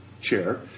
chair